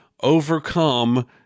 overcome